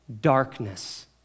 Darkness